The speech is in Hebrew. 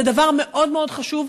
זה דבר מאוד מאוד חשוב,